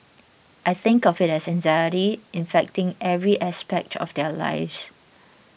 I think of it as anxiety infecting every aspect of their lives